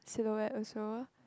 silhouette also